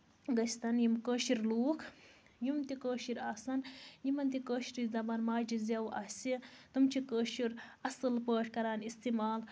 گٔژھتَن یِم کٲشِر لوٗکھ یِم تہِ کٲشِر آسن یِمن تہِ کٲشِر زَبان ماجہِ زیو آسہِ تِم چھِ کٲشُر اَصٕل پٲٹھۍ کران اِستعمال